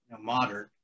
modern